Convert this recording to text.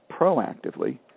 proactively